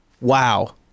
Wow